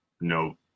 No